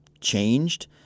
changed